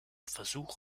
versuch